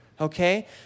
okay